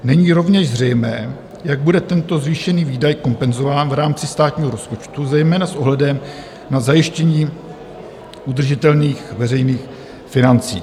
Není rovněž zřejmé, jak bude tento zvýšený výdaj kompenzován v rámci státního rozpočtu, zejména s ohledem na zajištění udržitelných veřejných financí.